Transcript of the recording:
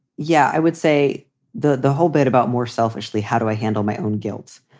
yeah, i would say the the whole bit about more selfishly, how do i handle my own guilt?